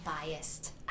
biased